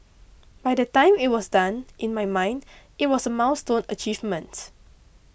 by the time it was done in my mind it was a milestone achievement